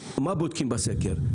מה בודקים מה בסקר,